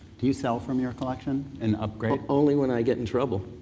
do you sell from your collection and upgrade? only when i get in trouble.